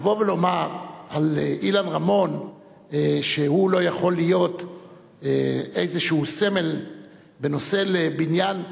לבוא ולומר על אילן רמון שהוא לא יכול להיות איזשהו סמל ונושא לבניין,